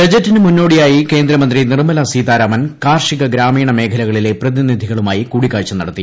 ബജറ്റിനു മുന്നോടിയായി കേന്ദ്രമന്ത്രി നിർമ്മല സീതാരാമൻ കാർഷിക ഗ്രാമീണ മേഖലകളിലെ പ്രതിനിധികളുമായി കൂടിക്കാഴ്ച നടത്തി